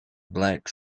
black